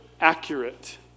accurate